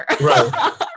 Right